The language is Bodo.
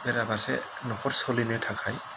बेराफारसे न'खर सोलिनो थाखाय